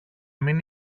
μην